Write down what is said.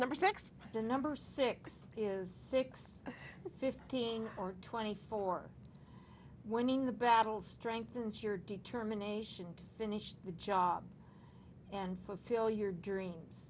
number six the number six is six fifteen or twenty four winning the battle strengthens your determination to finish the job and fulfill your dreams